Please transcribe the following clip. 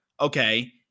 okay